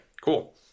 cool